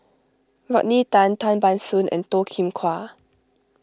Rodney Tan Tan Ban Soon and Toh Kim Hwa